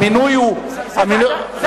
המינוי הוא של בית-משפט?